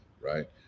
Right